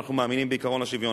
אנחנו מאמינים בעקרון השוויון,